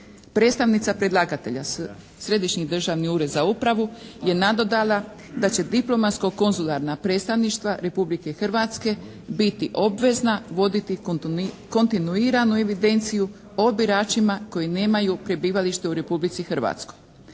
Predstavnica predlagatelja Središnjeg državni ured za upravu je nadodala da će diplomatska-konzularna predstavništva Republike Hrvatske biti obvezna voditi kontinuiranu evidenciju o biračima koji nemaju prebivalište u Republici Hrvatskoj.